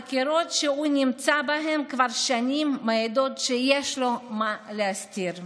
החקירות שהוא נמצא בהן כבר שנים מעידות שיש לו מה להסתיר.